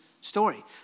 story